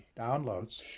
downloads